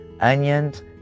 onions